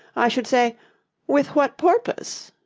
i should say with what porpoise?